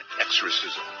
exorcism